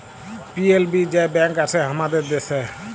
PLB যে bank আসে হামাদের দ্যাশে